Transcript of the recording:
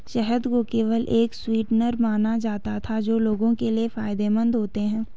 शहद को केवल एक स्वीटनर माना जाता था जो लोगों के लिए फायदेमंद होते हैं